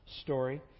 story